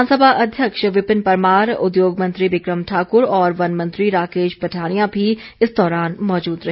विधानसभा अध्यक्ष विपिन परमार उद्योग मंत्री बिक्रम ठाकुर और वन मंत्री राकेश पठानिया भी इस दौरान मौजूद रहे